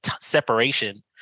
separation